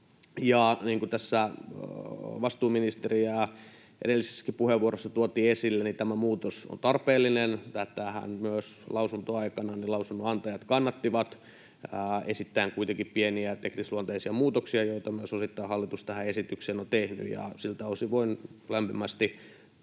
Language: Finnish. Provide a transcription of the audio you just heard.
tässä vastuuministeri toi ja edellisessäkin puheenvuorossa tuotiin esille, niin tämä muutos on tarpeellinen. Tätähän myös lausuntoaikana lausunnonantajat kannattivat esittäen kuitenkin pieniä teknisluonteisia muutoksia, joita myös osittain hallitus tähän esitykseen on tehnyt. Siltä osin voin lämpimästi